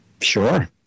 Sure